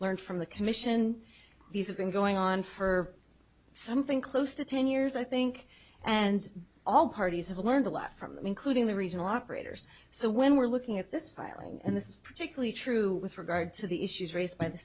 learn from the commission these have been going on for something close to ten years i think and all parties have learned a lot from them including the regional operators so when we're looking at this filing and this is particularly true with regard to the issues raised by the